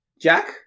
Jack